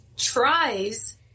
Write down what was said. tries